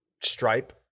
stripe